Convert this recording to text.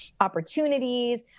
opportunities